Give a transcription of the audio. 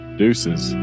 deuces